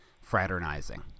fraternizing